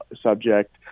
subject